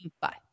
Bye